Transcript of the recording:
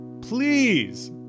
please